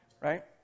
Right